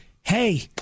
Hey